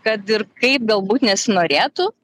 kad ir kaip galbūt nesinorėtų